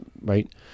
Right